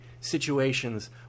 situations